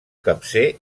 capcer